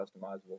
customizable